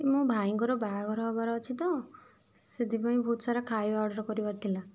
ମୋ ଭାଇଙ୍କର ବାହାଘର ହବାର ଅଛି ତ ସେଥିପାଇଁ ବହୁତ ସାରା ଖାଇବା ଅର୍ଡ଼ର୍ କରିବାର ଥିଲା